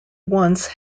once